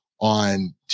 on